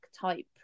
type